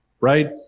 right